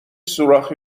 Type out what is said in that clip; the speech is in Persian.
سوراخی